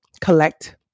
collect